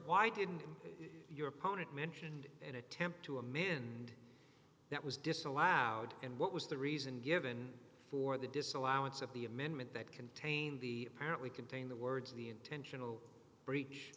why didn't your opponent mentioned an attempt to amend that was disallowed and what was the reason given for the disallowance of the amendment that contained the apparently contain the words the intentional breach